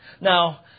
Now